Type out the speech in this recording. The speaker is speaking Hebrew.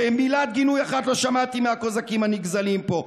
ומילת גינוי אחת לא שמעתי מהקוזקים הנגזלים פה.